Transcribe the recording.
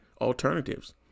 alternatives